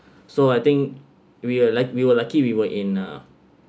so I think we were luc~ we were lucky we were in a